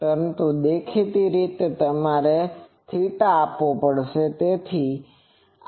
પરંતુ દેખીતી રીતે તમારે θ આપવો પડશે